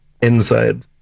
inside